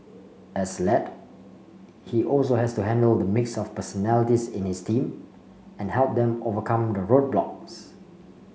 as lead he also has to handle the mix of personalities in his team and help them overcome the roadblocks